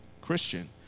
Christian